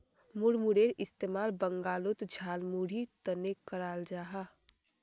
मुड़मुड़ेर इस्तेमाल बंगालोत झालमुढ़ीर तने कराल जाहा